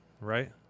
right